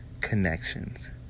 connections